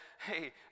hey